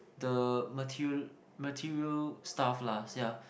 the material material stuff lah yeah